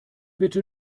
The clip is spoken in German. bitte